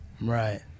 Right